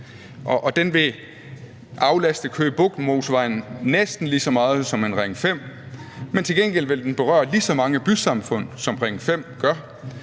den vil aflaste Køge Bugt Motorvejen næsten lige så meget som en Ring 5, men til gengæld vil den berøre lige så mange bysamfund, som Ring 5 gør.